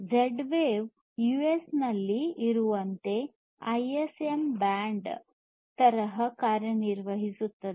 Z wave US ನಲ್ಲಿ ಇರುವಂತೆ ISM band ತರಹ ಕಾರ್ಯನಿರ್ವಹಿಸುತ್ತದೆ